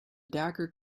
dagger